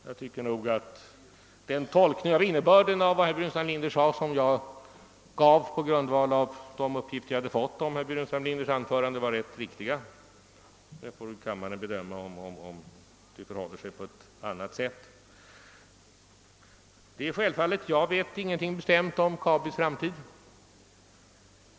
Jag tycker nog att den tolkning av innebörden av herr Burenstam Linders anförande som jag gav på grundval av de uppgifter som jag hade fått var riktig. Kammaren får bedöma om det förhåller sig på ett annat sätt. Jag vet ingenting bestämt om Kabis framtid.